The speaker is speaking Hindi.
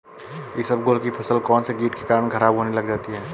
इसबगोल की फसल कौनसे कीट के कारण खराब होने लग जाती है?